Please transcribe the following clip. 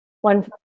one